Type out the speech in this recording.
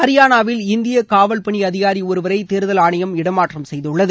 அரியானாவில் இந்திய காவல் பணி அதிகாரி ஒருவரை தேர்தல் ஆணையம் இடமாற்றம் செய்துள்ளது